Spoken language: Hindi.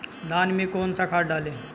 धान में कौन सा खाद डालें?